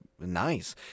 nice